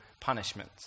punishment